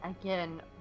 Again